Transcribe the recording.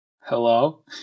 Hello